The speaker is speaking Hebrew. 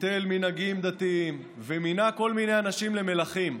ביטל מנהיגים דתיים ומינה כל מיני אנשים למלכים,